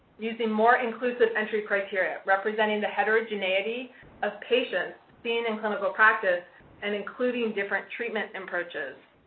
using more inclusive entry criteria representing the heterogeneity of patients seen in clinical practice and including different treatment approaches.